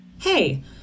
Hey